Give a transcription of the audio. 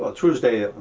ah truesdale,